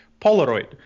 Polaroid